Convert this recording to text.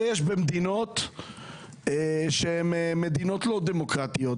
יש את זה במדינות לא דמוקרטיות.